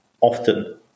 often